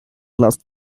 last